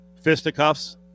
fisticuffs